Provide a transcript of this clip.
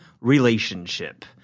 relationship